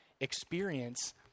experience